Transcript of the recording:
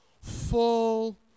full